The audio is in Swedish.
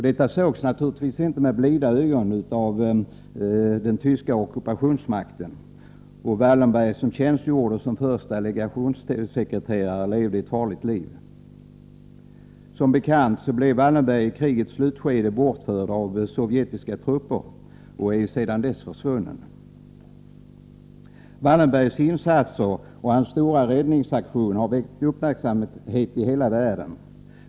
Detta sågs naturligtvis inte med blida ögon av den tyska ockupationsmakten, och Raoul Wallenberg som tjänstgjorde såsom förste legationssekreterare levde ett farligt liv. Som bekant blev Wallenberg i krigets slutskede bortförd av sovjetiska trupper och är sedan dess försvunnen. Wallenbergs insatser och hans stora räddningsaktion har väckt uppmärksamhet i hela världen.